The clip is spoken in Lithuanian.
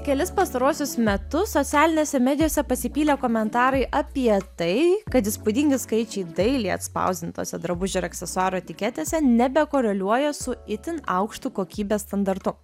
kelis pastaruosius metus socialinėse medijose pasipylė komentarai apie tai kad įspūdingi skaičiai dailiai atspausdintose drabužių ir aksesuarų etiketėse nebekoreliuoja su itin aukštu kokybės standartu